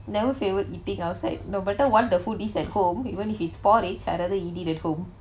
never favoured eating outside no matter what the food is at home even if it's porridge I rather eat it at home